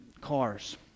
cars